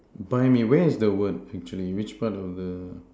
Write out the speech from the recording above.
blimey where's the word actually which part of the